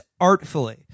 artfully